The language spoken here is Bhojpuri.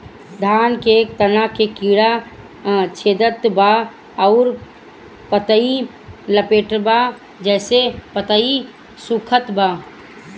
धान के तना के कीड़ा छेदत बा अउर पतई लपेटतबा जेसे पतई सूखत बा?